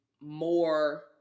more